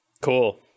Cool